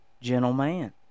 Gentleman